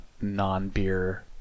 non-beer